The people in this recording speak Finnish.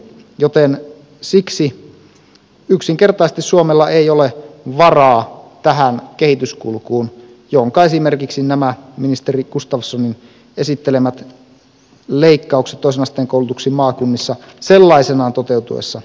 joten siksi yksinkertaisesti suomella ei ole varaa tähän kehityskulkuun jonka esimerkiksi nämä ministeri gustafssonin esittelemät leikkaukset toisen asteen koulutuksiin maakunnissa sellaisenaan toteutuessaan aiheuttaisivat